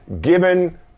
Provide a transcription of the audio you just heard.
given